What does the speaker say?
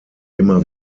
immer